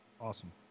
Awesome